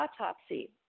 autopsy